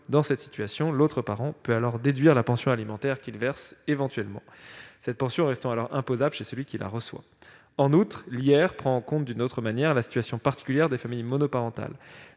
Dans cette situation, l'autre parent peut alors déduire la pension alimentaire qu'il verse éventuellement, cette pension étant alors imposable chez celui qui la reçoit. En outre, l'impôt sur le revenu prend en compte d'une autre manière la situation particulière des familles monoparentales